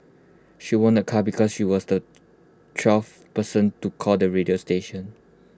she won A car because she was the twelfth person to call the radio station